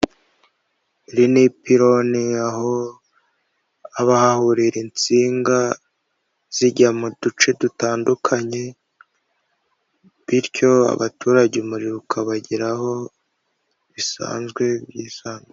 Iri ni ipironi aho haba hahurira insinga zijya mu duce dutandukanye, bityo abaturage umuriro ukabageraho bisanzwe nk'ibisanzwe.